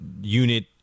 unit